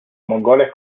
mongoles